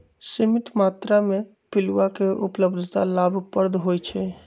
सीमित मत्रा में पिलुआ के उपलब्धता लाभप्रद होइ छइ